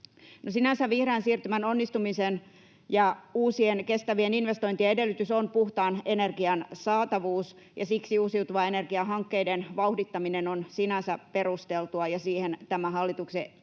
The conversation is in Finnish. sinänsä vihreän siirtymän onnistumisen ja uusien kestävien investointien edellytys on puhtaan energian saatavuus. Siksi uusiutuvan energian hankkeiden vauhdittaminen on sinänsä perusteltua, ja siihen tämä hallituksen esitys